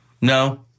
no